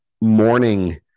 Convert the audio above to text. morning